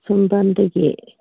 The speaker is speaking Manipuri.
ꯁꯨꯝꯕꯟꯗꯒꯤ